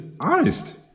honest